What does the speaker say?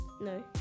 No